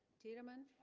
tiedemann